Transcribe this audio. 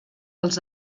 els